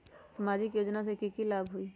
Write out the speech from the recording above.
सामाजिक योजना से की की लाभ होई?